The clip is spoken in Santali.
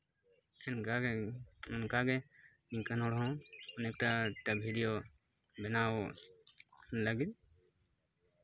ᱚᱱᱠᱟᱜᱮ ᱚᱱᱠᱟᱜᱮ ᱱᱤᱝᱠᱟᱹᱱ ᱦᱚᱲ ᱦᱚᱸ ᱚᱱᱮᱠᱴᱟ ᱵᱷᱤᱰᱭᱳ ᱵᱮᱱᱟᱣ ᱞᱟᱹᱜᱤᱫ